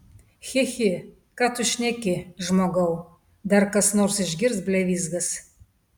chi chi ką tu šneki žmogau dar kas nors išgirs blevyzgas